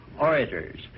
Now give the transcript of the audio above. orators